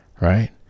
right